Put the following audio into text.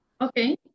Okay